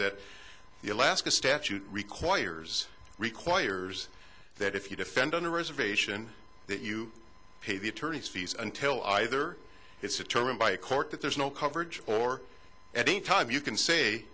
that the alaska statute requires requires that if you defend on a reservation that you pay the attorneys fees until either it's a term by a court that there's no coverage or at any time you can say